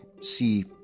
see